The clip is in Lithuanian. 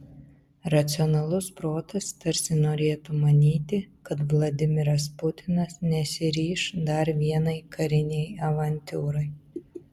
racionalus protas tarsi norėtų manyti kad vladimiras putinas nesiryš dar vienai karinei avantiūrai